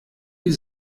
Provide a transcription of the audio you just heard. die